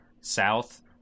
South